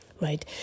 right